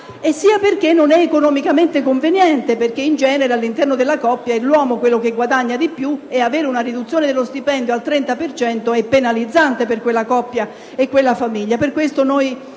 sia perché non è economicamente conveniente, perché in genere all'interno della coppia è l'uomo che guadagna di più, ed avere una riduzione dello stipendio al 30 per cento è penalizzante per quella coppia e quella famiglia.